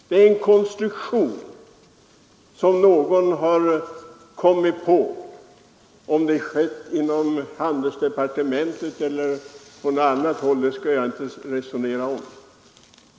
Det är en konstruktion som någon har kommit på — om det sedan skett inom handelsdepartementet eller på något annat håll skall jag inte resonera om.